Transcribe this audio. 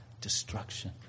destruction